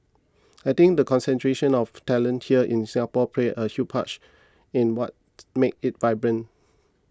I think the concentration of talent here in Singapore plays a huge part in what makes it vibrant